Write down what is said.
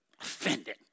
offended